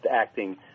acting